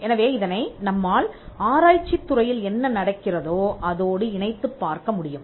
எனவே இதனை நம்மால் ஆராய்ச்சித் துறையில் என்ன நடக்கிறதோ அதோடு இணைத்துப் பார்க்க முடியும்